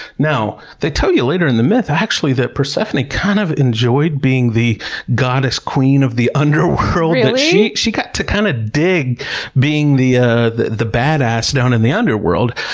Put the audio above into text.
now they tell you later in the myth, actually that persephone kind of enjoyed being the goddess queen of the underworld, that she got to kind of dig being the, ah the the badass down in the underworld.